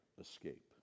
Escape*